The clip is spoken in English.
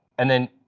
and then,